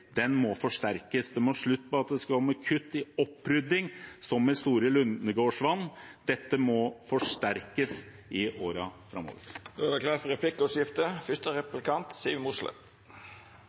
må forsterkes. Det må bli slutt på at det skal bli kutt i opprydding, som med Store Lungegårdsvann. Dette må forsterkes i årene framover. Det vert replikkordskifte.